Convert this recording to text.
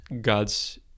God's